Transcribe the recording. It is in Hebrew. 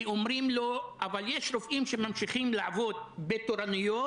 אומרים לו: יש רופאים שממשיכים לעבוד בתורנויות,